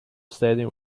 stadium